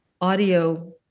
audio